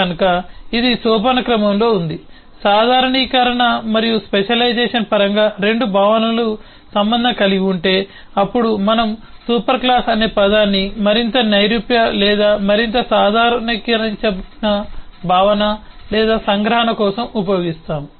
కనుక ఇది సోపానక్రమంలో ఉంది సాధారణీకరణ మరియు స్పెషలైజేషన్ పరంగా 2 భావనలు సంబంధం కలిగి ఉంటే అప్పుడు మనము సూపర్ క్లాస్ అనే పదాన్ని మరింత నైరూప్య లేదా మరింత సాధారణీకరించిన భావన లేదా సంగ్రహణ కోసం ఉపయోగిస్తాము